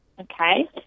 okay